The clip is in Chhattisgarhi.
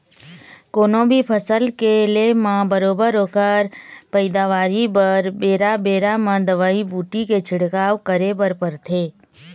कोनो भी फसल के ले म बरोबर ओखर पइदावारी बर बेरा बेरा म दवई बूटी के छिड़काव करे बर परथे